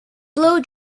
blow